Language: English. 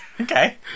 Okay